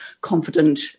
confident